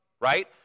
right